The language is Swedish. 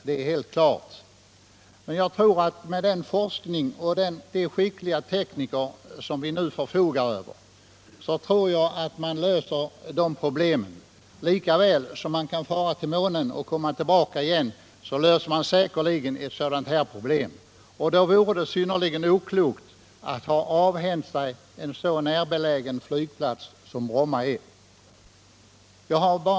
Men med dagens forskning och skickliga tekniker tror jag att man kan lösa dessa problem lika väl som man kan fara till månen och återvända därifrån. Det vore synnerligen oklokt att 181 avhända sig en så närbelägen flygplats som just Bromma.